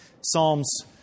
Psalms